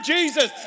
Jesus